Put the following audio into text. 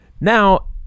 now